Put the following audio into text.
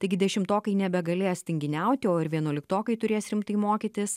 taigi dešimtokai nebegalės tinginiauti o ir vienuoliktokai turės rimtai mokytis